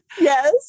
Yes